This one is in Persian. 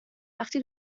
وقتی